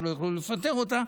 שלא יוכלו לפטר אותה.